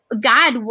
God